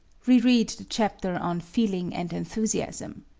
reread the chapter on feeling and enthusiasm.